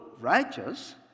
righteous